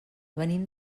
venim